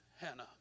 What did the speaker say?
Hannah